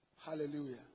Hallelujah